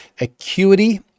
Acuity